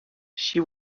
she